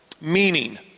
meaning